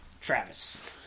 Travis